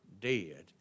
dead